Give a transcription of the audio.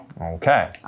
Okay